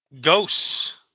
Ghosts